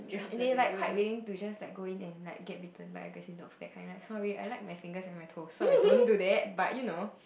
and they like quite willing to just like go in and like get bitten by aggressive dogs that kind like sorry I like my fingers and my toes so I don't do that but you know